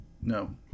no